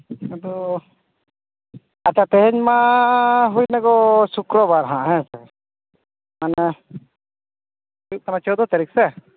ᱟᱫᱚ ᱟᱪᱪᱷᱟ ᱛᱮᱦᱮᱧ ᱢᱟᱻ ᱦᱩᱭᱮᱱᱟ ᱜᱳ ᱥᱩᱠᱨᱚᱵᱟᱨ ᱦᱟᱜ ᱦᱮᱸ ᱥᱮ ᱢᱟᱱᱮ ᱦᱩᱭᱩᱜ ᱠᱟᱱᱟ ᱪᱳᱣᱫᱚ ᱛᱟᱹᱨᱤᱠᱷ ᱥᱮ